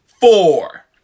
four